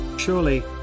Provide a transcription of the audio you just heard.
Surely